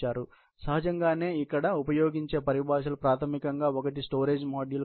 సహజంగానే ఇక్కడ ఉపయోగించే పరిభాషలు ప్రాథమికంగా ఒకటి స్టోరేజ్ మాడ్యూల్